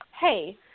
hey